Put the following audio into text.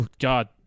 God